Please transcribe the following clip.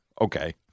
Okay